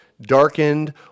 darkened